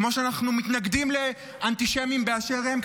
כמו שאנחנו מתנגדים לאנטישמים באשר הם,